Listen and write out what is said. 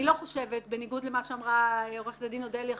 אני לא חושבת בניגוד למה שאמרה עורכת הדין אודליה